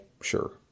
Sure